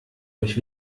euch